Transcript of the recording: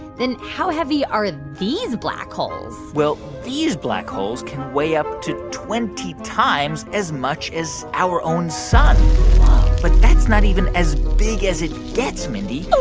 then how heavy are these black holes? well, these black holes can weigh up to twenty times as much as our own sun whoa but that's not even as big as it gets, mindy.